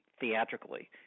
theatrically